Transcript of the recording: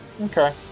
Okay